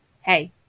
hey